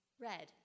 red